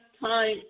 time